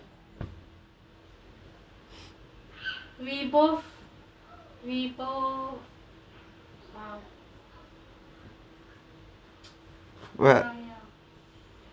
what